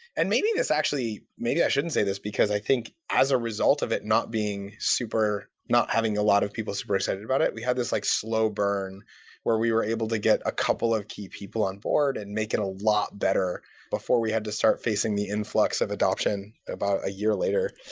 and maybe this actually maybe i shouldn't say this, because i think as a result of it not being super not having a lot of people super excited about it. we have this like slow burn where we were able to get a couple of key people onboard and make it a lot better before we have to start facing the influx of adoption about a year later.